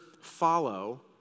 follow